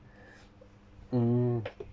mm